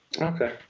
okay